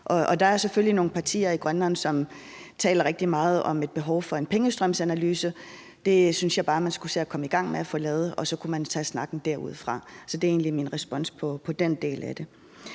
Der er selvfølgelig nogle partier i Grønland, som taler rigtig meget om, at der er et behov for en pengestrømsanalyse, og det synes jeg bare man skulle se at komme i gang med at få lavet, og så kunne man jo tage snakken derudfra. Så det er egentlig min respons på den del af det.